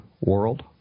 world